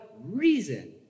reason